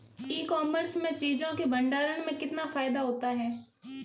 ई commerce में चीज़ों के भंडारण में कितना फायदा होता है?